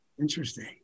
Interesting